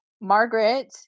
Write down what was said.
Margaret